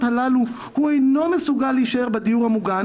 הללו הוא אינו מסוגל להישאר בדיור המוגן,